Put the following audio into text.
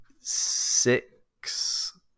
six